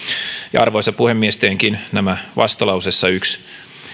arvoisa puhemies teenkin nämä vastalauseessa yksi